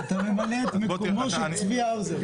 אתה ממונה במקומו של צבי האוזר.